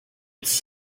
its